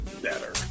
better